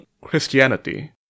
Christianity